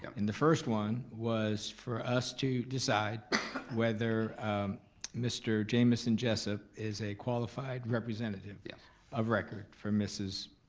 and the first one was for us to decide whether mr. jamison jessup is a qualified representative yeah of record for mrs.